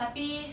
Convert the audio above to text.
tapi